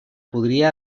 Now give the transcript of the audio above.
podria